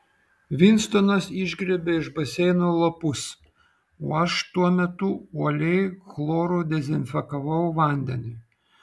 vinstonas išgriebė iš baseino lapus o aš tuo metu uoliai chloru dezinfekavau vandenį